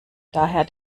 daher